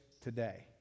today